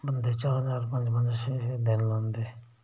बंदे चार चार पंज पंज छे छे दिन लांदे